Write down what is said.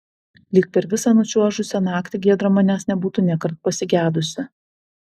lyg per visą nučiuožusią naktį giedra manęs nebūtų nėkart pasigedusi